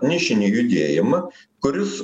nišinį judėjimą kuris